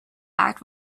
act